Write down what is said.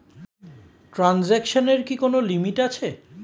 ট্রানজেকশনের কি কোন লিমিট আছে?